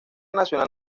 nacional